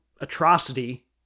atrocity